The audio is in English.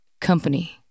company